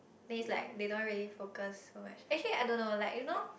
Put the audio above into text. means like they don't really focus so much actually I don't know like you know